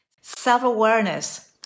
self-awareness